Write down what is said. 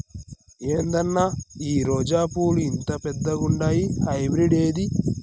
ఏందన్నా ఈ రోజా పూలు ఇంత పెద్దగుండాయి హైబ్రిడ్ ఏంది